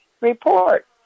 report